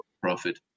profit